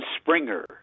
Springer